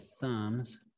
thumbs